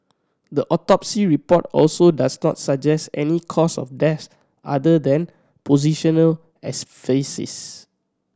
the autopsy report also does not suggest any cause of death other than positional asphyxia